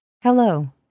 Hello